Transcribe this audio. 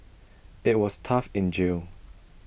IT was tough in jail